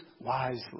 wisely